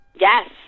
Yes